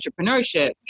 entrepreneurship